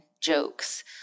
jokes